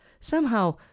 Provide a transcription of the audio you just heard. Somehow